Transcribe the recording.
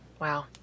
Wow